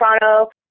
Toronto